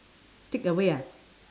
takeaway ah